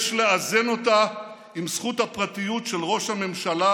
יש לאזן אותה עם זכות הפרטיות של ראש הממשלה,